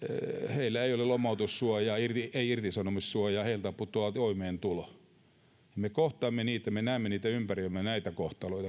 heillä ei ole lomautussuojaa ei irtisanomissuojaa heiltä putoaa toimeentulo me kohtaamme me näemme näitä kohtaloita